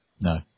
no